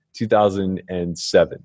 2007